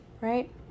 right